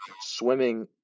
swimming